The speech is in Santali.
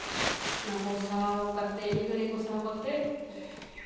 ᱚᱱᱟ ᱠᱚᱥᱟᱣ ᱠᱟᱛᱮᱜ ᱢᱤᱫ ᱜᱷᱟᱹᱲᱤ ᱠᱚᱥᱟᱣ ᱠᱟᱛᱮᱜ